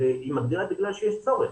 בגלל שיש צורך.